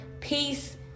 peace